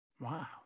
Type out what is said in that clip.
wow